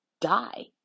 die